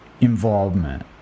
involvement